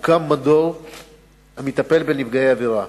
הוקם מדור המטפל בנפגעי עבירה.